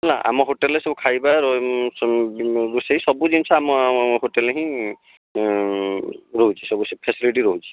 ହେଲା ଆମ ହୋଟେଲରେ ସବୁ ଖାଇବା ରୋଷେଇ ସବୁ ଜିନିଷ ଆମ ହୋଟେଲରେ ହିଁ ରହୁଛି ସବୁ ଫ୍ୟାସିଲିଟି ରହୁଛି